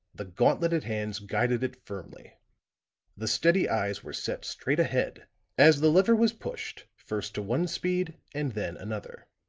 the gauntleted hands guided it firmly the steady eyes were set straight ahead as the lever was pushed first to one speed and then another.